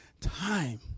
time